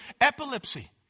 epilepsy